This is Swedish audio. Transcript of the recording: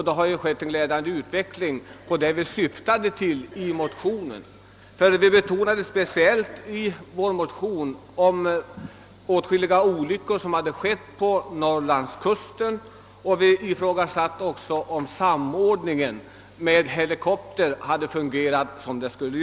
Det har varit en glädjande utveckling, och det var det vi syftade till i motionen. I vår motion betonades speciellt att åtskilliga olyckor hade skett på norrlandskusten, och vi ifrågasatte också om samordningen med helikopter hade fungerat som den skulle.